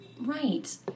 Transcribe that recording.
Right